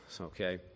okay